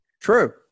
true